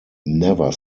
never